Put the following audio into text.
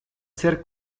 ser